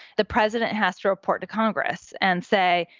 the president has to report to congress and say,